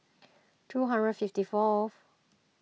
two hundred fifty fourth